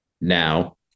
now